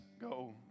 Go